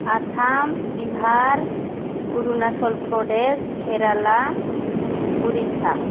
Assam Bihar Arunachal Pradesh Kerala Orissa